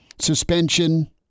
suspension